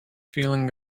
feeling